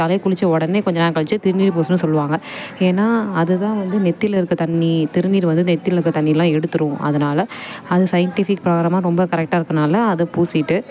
தலைக்கு குளித்த உடனே கொஞ்ச நேரம் கழிச்சி திருநீர் பூசணும்ன்னு சொல்லுவாங்க ஏன்னால் அது தான் வந்து நெற்றில இருக்க தண்ணி திருநீர் வந்து நெற்றில இருக்க தண்ணியெலாம் எடுத்துவிடும் அதனால அது சையின்ட்டிஃபிக் பிரகாரமாக ரொம்ப கரெக்டாக இருக்கிறனால அதை பூசிவிட்டு